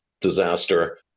disaster